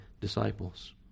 disciples